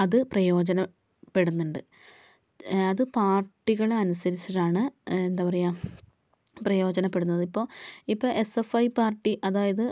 അത് പ്രയോജനപ്പെടുന്നുണ്ട് അത് പാർട്ടികളെ അനുസരിച്ചിട്ടാണ് എന്താ പറയുക പ്രയോജനപ്പെടുന്നത് ഇപ്പോൾ ഇപ്പോൾ എസ് എഫ് ഐ പാർട്ടി അതായത്